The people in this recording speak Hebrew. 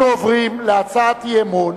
אנחנו עוברים להצעת אי-אמון